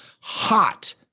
hot